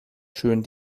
schön